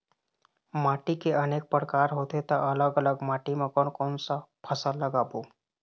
माटी के अनेक प्रकार होथे ता अलग अलग माटी मा कोन कौन सा फसल लगाबो?